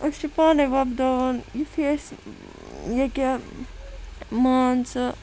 أسۍ چھِ پانَے وۄپداوان یُتھے أسۍ ییٚکیاہ مان ژٕ